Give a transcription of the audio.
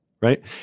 Right